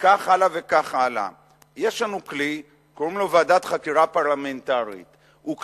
מחר יהיה כאן רוב של שמאל והוא יקים ועדת חקירה לבדיקת "גוש אמונים".